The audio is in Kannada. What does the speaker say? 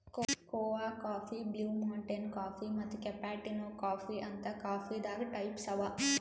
ಕೋಆ ಕಾಫಿ, ಬ್ಲೂ ಮೌಂಟೇನ್ ಕಾಫೀ ಮತ್ತ್ ಕ್ಯಾಪಾಟಿನೊ ಕಾಫೀ ಅಂತ್ ಕಾಫೀದಾಗ್ ಟೈಪ್ಸ್ ಅವಾ